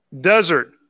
Desert